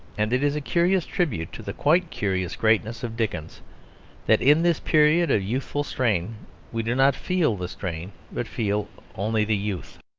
and it is a curious tribute to the quite curious greatness of dickens that in this period of youthful strain we do not feel the strain but feel only the youth.